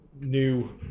new